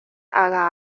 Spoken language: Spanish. haga